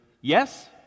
yes